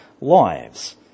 lives